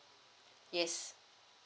yes